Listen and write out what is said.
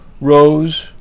rose